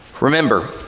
Remember